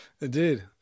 indeed